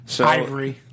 Ivory